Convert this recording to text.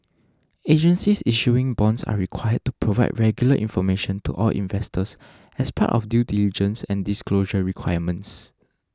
agencies issuing bonds are required to provide regular information to all investors as part of due diligence and disclosure requirements